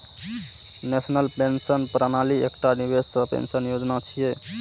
national pension प्रणाली एकटा निवेश सह पेंशन योजना छियै